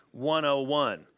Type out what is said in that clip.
101